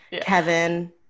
Kevin